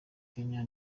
kenya